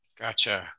Gotcha